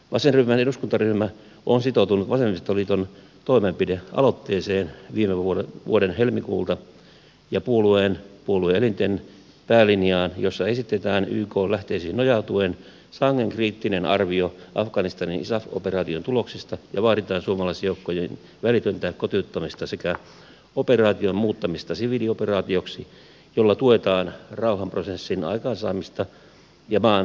vasenryhmän eduskuntaryhmä on sitoutunut vasemmistoliiton toimenpidealoitteeseen viime vuoden helmikuulta ja puolueen puolue elinten päälinjaan jossa esitetään ykn lähteisiin nojautuen sangen kriittinen arvio afganistanin isaf operaation tuloksista ja vaaditaan suomalaisjoukkojen välitöntä kotiuttamista sekä operaation muuttamista siviilioperaatioksi jolla tuetaan rauhanprosessin aikaansaamista ja maan jälleenrakentamista